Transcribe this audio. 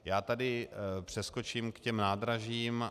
Já tady přeskočím k těm nádražím.